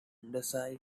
underside